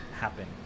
happen